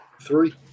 three